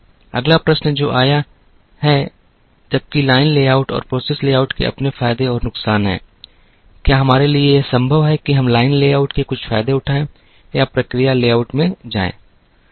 अगला प्रश्न जो आया है जबकि लाइन लेआउट और प्रोसेस लेआउट के अपने फायदे और नुकसान हैं क्या हमारे लिए यह संभव है कि हम लाइन लेआउट के कुछ फायदे उठाएं या प्रक्रिया लेआउट में लाएं